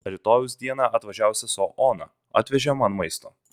rytojaus dieną atvažiavo sesuo ona atvežė man maisto